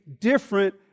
different